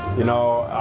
you know.